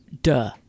duh